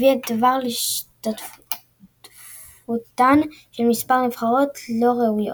הביא הדבר להשתתפותן של מספר נבחרות לא ראויות.